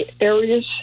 areas